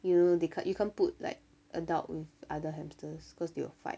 you know they ca~ you can't put like adult with other hamsters cause they will fight